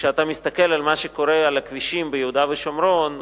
כשאתה מסתכל על מה שקורה על הכבישים ביהודה ושומרון,